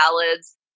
salads